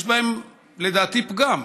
יש בהן, לדעתי, פגם,